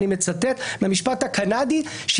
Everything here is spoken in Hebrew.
אני מצטט מהמשפט הקנדי: